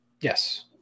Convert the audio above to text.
Yes